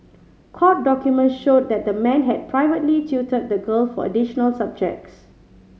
court documents showed that the man had privately tutored the girl for additional subjects